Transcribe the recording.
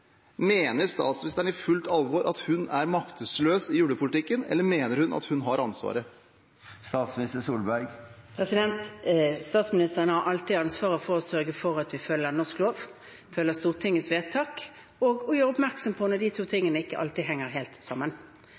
Mener statsministeren i fullt alvor at hun er maktesløs i ulvepolitikken, eller mener hun at hun har ansvaret? Statsministeren har alltid ansvaret for å sørge for at vi følger norsk lov og Stortingets vedtak, og å gjøre oppmerksom på det når de to tingene ikke henger helt sammen.